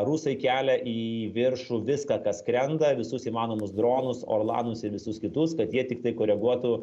rusai kelia į viršų viską kas skrenda visus įmanomus dronus orlanus ir visus kitus kad jie tiktai koreguotų